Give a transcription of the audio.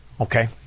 Okay